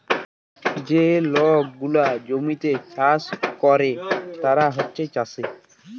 যে লক গুলা জমিতে চাষ ক্যরে তারা হছে চাষী